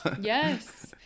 Yes